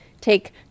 take